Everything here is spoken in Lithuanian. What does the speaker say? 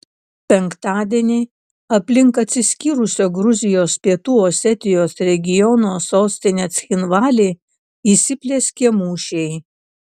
penktadienį aplink atsiskyrusio gruzijos pietų osetijos regiono sostinę cchinvalį įsiplieskė mūšiai